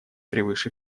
превыше